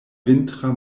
vintra